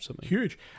huge